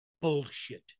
Bullshit